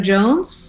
Jones